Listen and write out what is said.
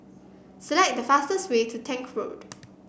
select the fastest way to Tank Road